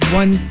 one